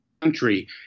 country